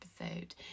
episode